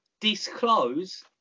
disclose